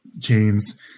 chains